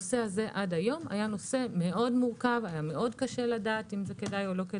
עד היום הנושא הזה היה מאוד מורכב והיה קשה לדעת אם כדאי או לא.